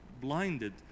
blinded